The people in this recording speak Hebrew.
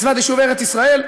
מצוות יישוב ארץ ישראל,